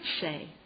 say